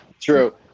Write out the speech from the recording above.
true